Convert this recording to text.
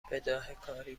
بداههکاری